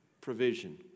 provision